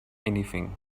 anything